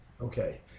Okay